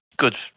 Good